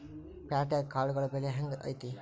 ಪ್ಯಾಟ್ಯಾಗ್ ಕಾಳುಗಳ ಬೆಲೆ ಹೆಂಗ್ ಐತಿ?